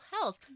health